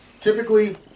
typically